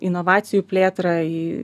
inovacijų plėtrą į